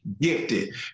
gifted